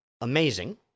amazing